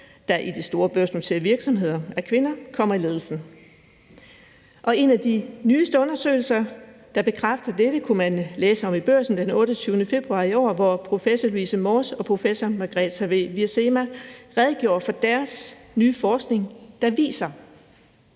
der i de store børsnoterede virksomheder er kvinder, kommer i ledelsen. En af de nyeste undersøgelser, der bekræfter dette, kunne man læse om i Børsen den 28. februar i år, hvor professor Marie Louise Mors og Margarethe F. Wiersema redegjorde for deres nye forskning, der viser,